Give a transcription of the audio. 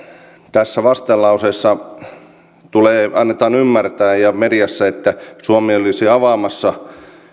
tässä vastalauseessa ja mediassa annetaan ymmärtää että suomi olisi avaamassa